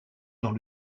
dans